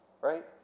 right